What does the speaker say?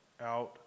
Out